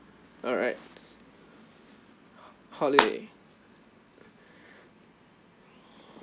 alright holiday